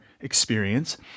experience